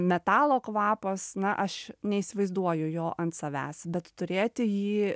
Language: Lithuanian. metalo kvapas na aš neįsivaizduoju jo ant savęs bet turėti jį